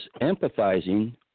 empathizing